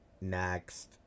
next